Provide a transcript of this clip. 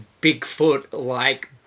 Bigfoot-like